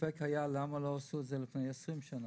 הספק היה למה לא עשו את זה לפני 20 שנים,